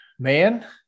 Man